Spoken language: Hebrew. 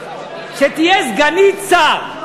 שתהיה סגנית שר.